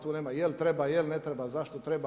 Tu nema jel' treba, jel' ne treba, zašto treba.